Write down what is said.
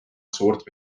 suurt